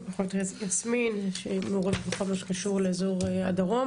יסמין שהיא מעורבת בכל מה שקשור לאזור הדרום